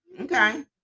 Okay